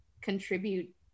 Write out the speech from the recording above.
contribute